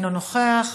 אינו נוכח,